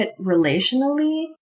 relationally